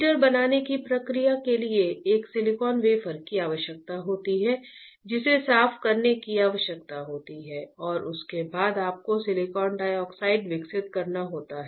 heater बनाने की प्रक्रिया के लिए एक सिलिकॉन वेफर की आवश्यकता होती है जिसे साफ करने की आवश्यकता होती है और उसके बाद आपको सिलिकॉन डाइऑक्साइड विकसित करना होता है